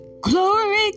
Glory